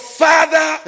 father